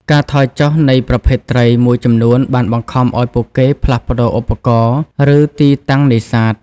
ការថយចុះ នៃប្រភេទត្រីមួយចំនួនបានបង្ខំឱ្យពួកគេផ្លាស់ប្តូរឧបករណ៍ ឬទីតាំងនេសាទ។